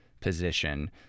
position